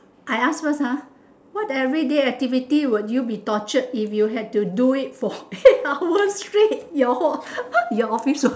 I ask first ha what everyday activity would you be tortured if you had to do it for eight hours straight your what your office would